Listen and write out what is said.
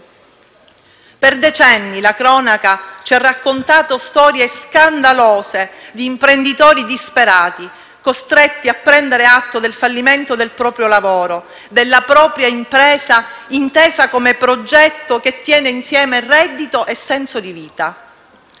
Per decenni la cronaca ci ha raccontato storie scandalose di imprenditori disperati costretti a prendere atto del fallimento del proprio lavoro, della propria impresa intesa come progetto che tiene insieme reddito e senso di vita.